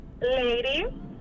Lady